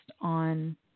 on